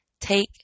Take